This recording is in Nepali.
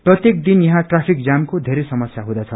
प्रत्येक दिन यहाँ ट्राफिक जामको धेरै समस्या हुँदछ